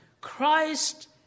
Christ